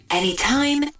anytime